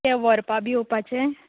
ते व्हरपा बी येवपाचें